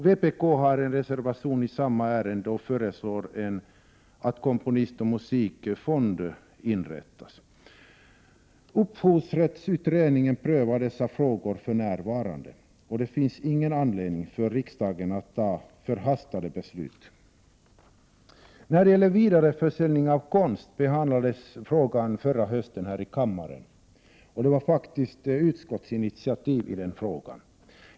Vpk har en reservation i samma ärende där man föreslår att en komponistoch musikerfond inrättas. Upphovsrättsutredningen prövar dessa frågor för närvarande, och det finns ingen anledning för riksdagen att fatta förhastade beslut. När det gäller vidareförsäljning av konst behandlades frågan förra hösten här i kammaren. Det var faktiskt ett utskottsinitiativ i den frågan.